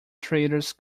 traders